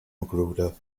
magruder